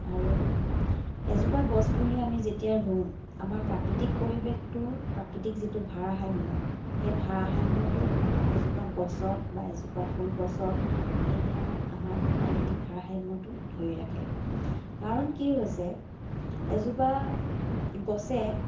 আৰু এজোপা গছপুলি আমি যেতিয়া ৰুওঁ আমাৰ প্ৰাকৃতিক পৰিৱেশটো প্ৰাকৃতিক যিটো ভাৰসাম্য সেই ভাৰসাম্যটো এজোপা গছত বা এজোপা ফুলগছত এইবিলাকত আমাৰ প্ৰাকৃতিক ভাৰাসাম্যটো ধৰি ৰাখে কাৰণ কি হৈছে এজোপা গছে